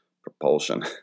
Propulsion